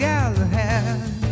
Galahad